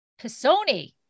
Pisoni